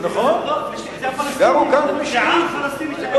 נכון, גרו כאן פלישתים.